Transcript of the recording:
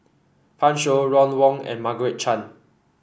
Pan Shou Ron Wong and Margaret Chan